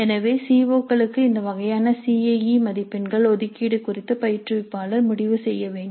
எனவே C O களுக்கு இந்த வகையான சி ஐ இ மதிப்பெண்கள் ஒதுக்கீடு குறித்து பயிற்றுவிப்பாளர் முடிவு செய்ய வேண்டும்